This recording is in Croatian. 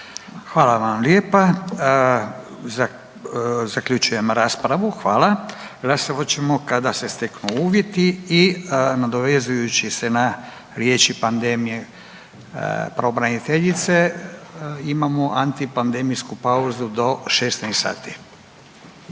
Hvala vam lijepa. Zaključujem raspravu, hvala. Glasovat ćemo kada se steknu uvjeti i nadovezujući se na riječi pandemije pravobraniteljice, imamo antipandemijsku pauzu do 16 sati.